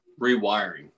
rewiring